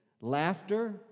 laughter